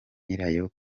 nyirayo